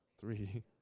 three